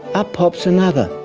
up pops another.